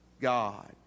God